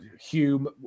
Hume